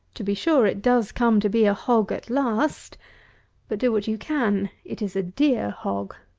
to be sure it does come to be a hog at last but, do what you can, it is a dear hog.